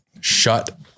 shut